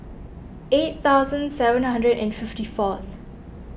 eight thousand seven hundred and fifty forth